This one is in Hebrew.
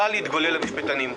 קל לגולל את זה על משפטנים.